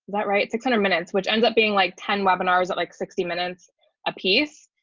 that right to kind of minutes, which ends up being like ten webinars at like sixty minutes apiece,